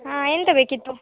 ಹಾಂ ಎಂತ ಬೇಕಿತ್ತು